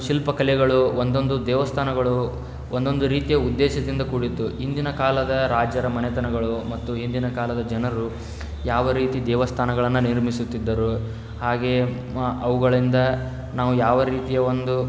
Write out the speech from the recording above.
ಶಿಲ್ಪಕಲೆಗಳು ಒಂದೊಂದು ದೇವಸ್ಥಾನಗಳು ಒಂದೊಂದು ರೀತಿಯ ಉದ್ದೇಶದಿಂದ ಕೂಡಿತ್ತು ಇಂದಿನ ಕಾಲದ ರಾಜರ ಮನೆತನಗಳು ಮತ್ತು ಇಂದಿನ ಕಾಲದ ಜನರು ಯಾವ ರೀತಿ ದೇವಸ್ಥಾನಗಳನ್ನು ನಿರ್ಮಿಸುತ್ತಿದ್ದರು ಹಾಗೆಯೇ ಮ ಅವುಗಳಿಂದ ನಾವು ಯಾವ ರೀತಿಯ ಒಂದು